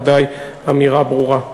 זו ודאי אמירה ברורה.